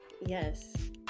yes